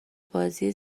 بازی